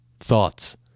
Thoughts